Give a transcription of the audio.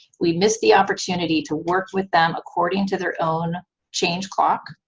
we miss the opportunity to work with them according to their own change clock,